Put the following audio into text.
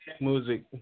Music